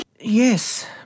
Yes